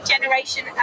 generation